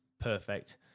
Perfect